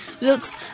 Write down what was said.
looks